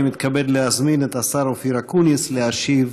אני מתכבד להזמין את השר אופיר אקוניס להשיב